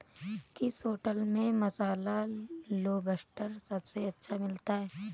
किस होटल में मसाला लोबस्टर सबसे अच्छा मिलता है?